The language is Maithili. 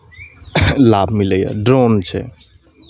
लाभ मिलैए ड्रोन छै